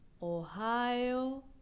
Ohio